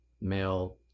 Male